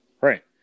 right